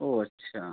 ओ अच्छा